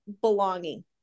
belonging